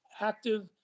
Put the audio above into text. active